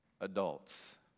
adults